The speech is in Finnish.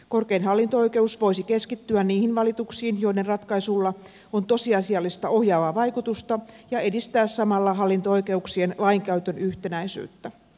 korkein hallinto oikeus voisi keskittyä niihin valituksiin joiden ratkaisulla on tosiasiallista ohjaavaa vaikutusta ja edistää samalla hallinto oikeuksien lainkäytön yhtenäisyyttä